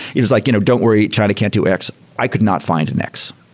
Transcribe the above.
it was like, you know don't worry, china can't do x. i could not find an x.